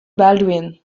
baldwin